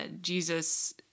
Jesus